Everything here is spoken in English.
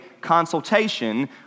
consultation